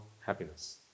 happiness